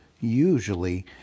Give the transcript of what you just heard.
usually